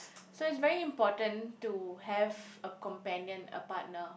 so it's very important to have a companion a partner